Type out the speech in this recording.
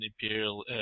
imperial